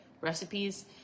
recipes